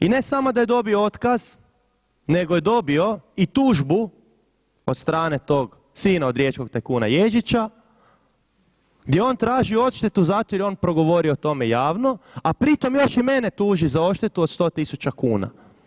I ne samo da je dobio otkaz, nego je dobio i tužbu od strane tog sina od riječkog tajkuna Ježića gdje on traži odštetu zato jer je on progovorio o tome javno, a pri tom još i mene tuži za odštetu od 100 tisuća kuna.